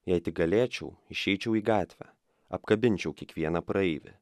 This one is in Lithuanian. jei tik galėčiau išeičiau į gatvę apkabinčiau kiekvieną praeivį